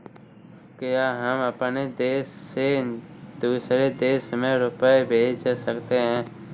क्या हम अपने देश से दूसरे देश में रुपये भेज सकते हैं?